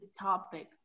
topic